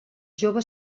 jove